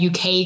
UK